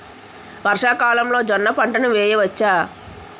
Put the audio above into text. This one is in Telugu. వర్షాకాలంలో జోన్న పంటను వేయవచ్చా?